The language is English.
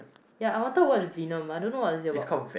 ya I wanted to watch venom I don't know what is it about